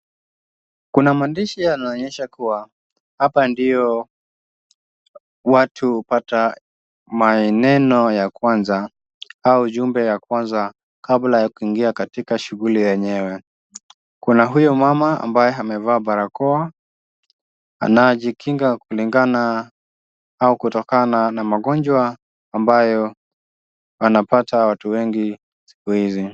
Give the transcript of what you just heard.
Kuna maandishi yanayoonyesha kuwa hapa ndio watu wanapopata maeneno ya kwanza au ujumbe wa kwanza kabla ya kuingia katika shughuli yenyewe. Kuna huyo mama ambaye amevaa barakoa anayejikinga kulingana au kutokana na magonjwa ambayo wanapata watu wengi siku hizi.